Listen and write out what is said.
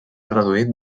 reduït